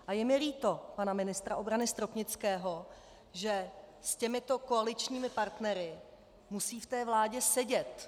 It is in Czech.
A je mi líto pana ministra obrany Stropnického, že s těmito koaličními partnery musí v té vládě sedět.